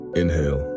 inhale